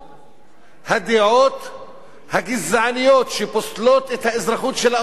הדעות הגזעניות שפוסלות את האזרחות של האוכלוסייה הערבית,